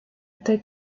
até